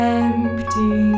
empty